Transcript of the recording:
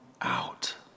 out